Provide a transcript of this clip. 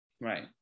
Right